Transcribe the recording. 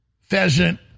pheasant